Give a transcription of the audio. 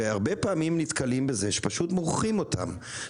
והרבה פעמים נתקלים בזה שפשוט מורחים אותם.